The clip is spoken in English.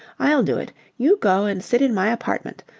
i'll do it. you go and sit in my apartment.